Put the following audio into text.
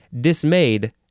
dismayed